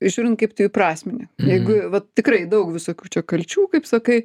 žiūrint kaip tu įprasmini jeigu vat tikrai daug visokių čia kalčių kaip sakai